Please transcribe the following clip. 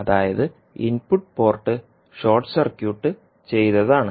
അതായത് input port short circuit ചെയ്തതാണ്